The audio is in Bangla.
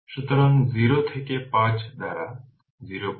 সুতরাং 0 থেকে 5 দ্বারা 05 0